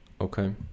Okay